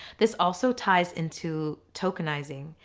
this also ties into tokenizing,